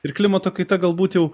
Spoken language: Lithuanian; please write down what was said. ir klimato kaita galbūt jau